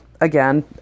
again